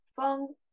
feng